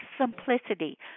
simplicity